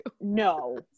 No